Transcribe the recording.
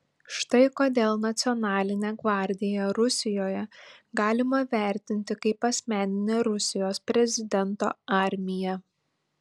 štai kodėl nacionalinę gvardiją rusijoje galima vertinti kaip asmeninę rusijos prezidento armiją